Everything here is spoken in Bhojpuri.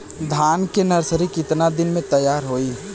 धान के नर्सरी कितना दिन में तैयार होई?